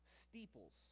steeples